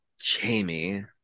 Jamie